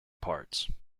parts